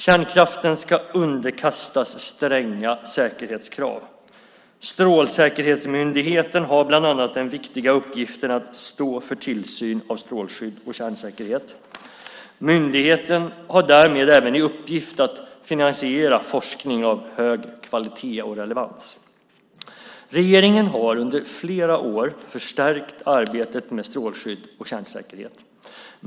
Kärnkraften ska underkastas stränga säkerhetskrav. Strålsäkerhetsmyndigheten har bland annat den viktiga uppgiften att stå för tillsyn av strålskydd och kärnsäkerhet. Myndigheten har därmed även i uppgift att finansiera forskning av hög kvalitet och relevans. Regeringen har under flera år förstärkt arbetet med strålskydd och kärnsäkerhet.